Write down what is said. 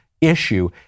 issue